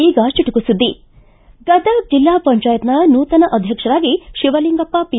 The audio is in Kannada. ಈಗ ಚುಟುಕು ಸುದ್ದಿ ಗದಗ್ ಜಿಲ್ಲಾ ಪಂಚಾಯತ್ನ ನೂತನ ಅಧ್ಯಕ್ಷರಾಗಿ ಶಿವಲಿಂಗಪ್ಪ ಪಿ